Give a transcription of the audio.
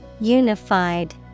Unified